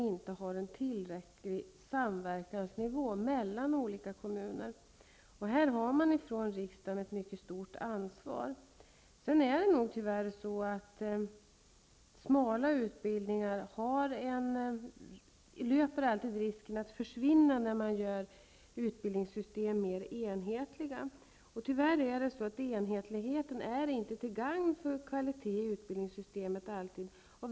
Det beror också på att olika kommuner inte samverkar tillräckligt. Riksdagen har här ett mycket stort ansvar. Smala utbildningar löper alltid risken att försvinna när man gör utbildningssystem mer enhetliga. Tyvärr är enhetligheten inte alltid till gagn för kvaliteten i utbildningssystemet.